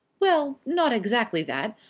well, not exactly that.